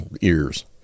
ears